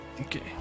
Okay